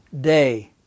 day